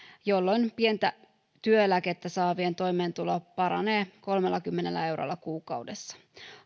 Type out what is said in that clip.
jolloin pientä työeläkettä saavien toimeentulo paranee kolmellakymmenellä eurolla kuukaudessa